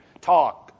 talk